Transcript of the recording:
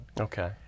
Okay